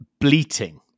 bleating